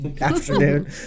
afternoon